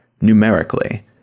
numerically